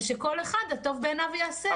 ושכל אחד הטוב בעינו יעשה.